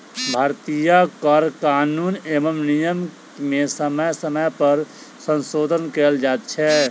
भारतीय कर कानून एवं नियम मे समय समय पर संशोधन कयल जाइत छै